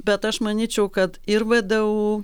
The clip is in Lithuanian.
bet aš manyčiau kad ir vdu